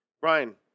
Brian